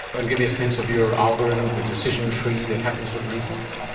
and give me a sense of your algorithm, the decision tree that happens with reflux?